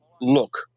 look